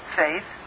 faith